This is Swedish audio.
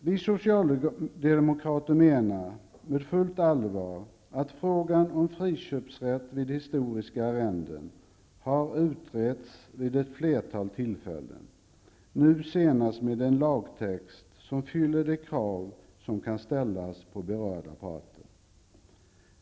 Vi socialdemokrater menar på fullt allvar att frågan om friköpsrätt vid historiska arrenden har utretts vid ett flertal tillfällen, nu senast med en lagtext som fyller de krav som kan ställas på berörda parter.